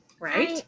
right